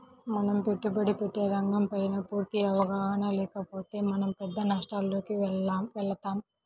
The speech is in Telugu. మనం పెట్టుబడి పెట్టే రంగంపైన పూర్తి అవగాహన లేకపోతే మనం పెద్ద నష్టాలలోకి వెళతాం